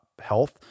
health